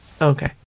Okay